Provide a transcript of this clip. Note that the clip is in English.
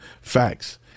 Facts